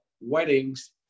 Weddings